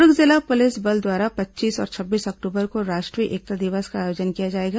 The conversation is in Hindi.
दुर्ग जिला पुलिस बल द्वारा पच्चीस और छब्बीस अक्टूबर को राष्ट्रीय एकता दिवस का आयोजन किया जाएगा